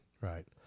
Right